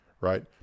Right